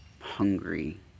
hungry